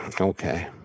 Okay